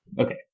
Okay